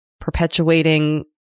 perpetuating